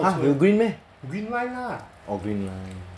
!huh! 有 green meh orh green line